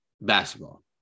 basketball